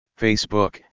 Facebook